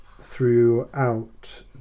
throughout